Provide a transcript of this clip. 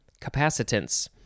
capacitance